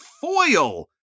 foil